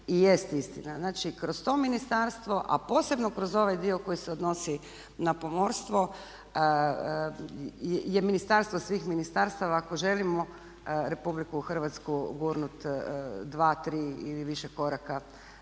i jest istina. Znači, kroz to ministarstvo a posebno kroz ovaj dio koji se odnosi na pomorstvo je ministarstvo svih ministarstava ako želimo Republiku Hrvatsku gurnuti 2, 3 ili više koraka